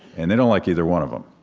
and they don't like either one of them.